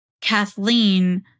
Kathleen